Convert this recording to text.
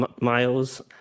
Miles